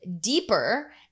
deeper